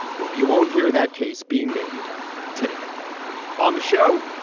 only you won't hear that case being made today on the show.